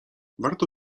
warto